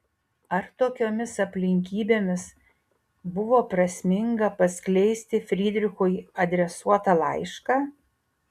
ar tokiomis aplinkybėmis buvo prasminga paskleisti frydrichui adresuotą laišką